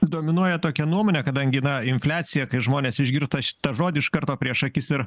dominuoja tokia nuomonė kadangi infliacija kai žmonės išgirta šitą žodį iš karto prieš akis ir